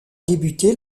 débuté